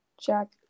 jack